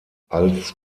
als